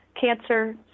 cancer